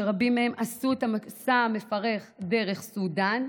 שרבים מהם עשו את המסע המפרך דרך סודאן,